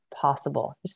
possible